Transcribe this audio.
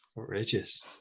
Outrageous